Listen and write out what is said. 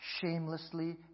shamelessly